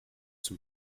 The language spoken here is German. zum